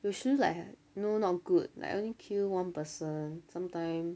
有时 like no not good like I only kill one person sometime